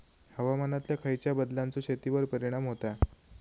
हवामानातल्या खयच्या बदलांचो शेतीवर परिणाम होता?